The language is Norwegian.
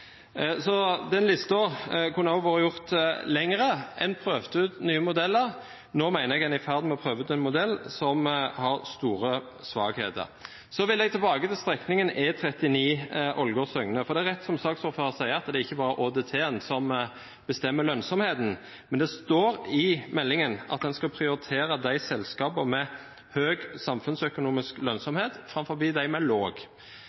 Så vil jeg tilbake til strekningen E39 Søgne–Ålgård, for det er rett som saksordføreren sier, at det er ikke bare ÅDT-en som bestemmer lønnsomheten. Det står i meldingen at en skal prioritere selskapene med høy samfunnsøkonomisk lønnsomhet foran dem med